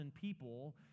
people